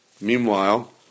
Meanwhile